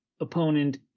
Opponent